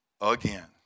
again